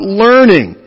learning